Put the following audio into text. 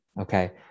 okay